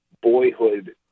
boyhood